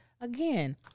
again